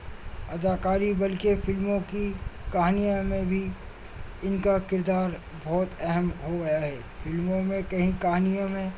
اداکاری بلکہ فلموں کی کہانیاں میں بھی ان کا کردار بہت اہم ہو گیا ہے فلموں میں کہیں کہانیوں میں